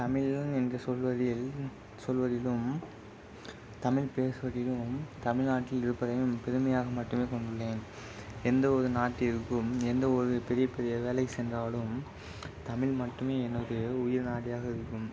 தமிழன் என்று சொல்வதில் சொல்வதிலும் தமிழ் பேசுவதிலும் தமிழ்நாட்டில் இருப்பதையும் பெருமையாக மட்டுமே கொண்டுள்ளேன் எந்த ஒரு நாட்டிற்கும் எந்த ஒரு பெரிய பெரிய வேலைக்கு சென்றாலும் தமிழ் மட்டுமே என்னுடைய உயிர் நாடியாக இருக்கும்